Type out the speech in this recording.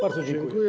Bardzo dziękuję.